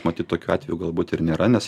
matyt tokių atvejų galbūt ir nėra nes